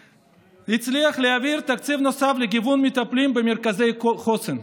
הצליח להעביר תקציב נוסף לכיוון המטפלים במרכזי החוסן,